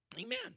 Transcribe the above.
Amen